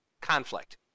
conflict